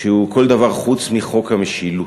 שהוא כל דבר חוץ מחוק המשילות.